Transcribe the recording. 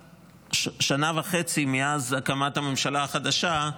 שנה וחצי שנה מאז הקמת הממשלה החדשה,